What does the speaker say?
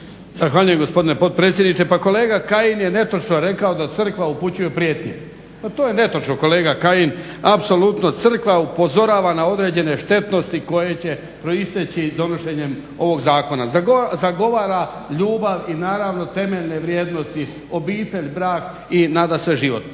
Zahvaljujem gospodine potpredsjedniče. Pa kolega Kajin je netočno rekao da crkava upućuje prijetnje. Pa to je netočno kolega Kajin apsolutno. Crkva upozorava na određene štetnosti koje će proisteći donošenjem ovog zakona. Zagovara ljubav i temeljne vrijednosti obitelj, brak i nadasve život.